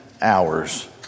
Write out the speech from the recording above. hours